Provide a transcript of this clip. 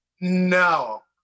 No